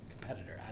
competitor